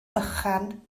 bychan